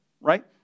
Right